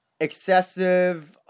excessive